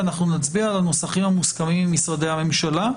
ואנחנו נצביע על הנוסחים המוסכמים עם משרדי הממשלה.